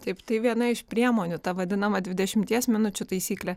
taip tai viena iš priemonių ta vadinama dvidešimties minučių taisyklė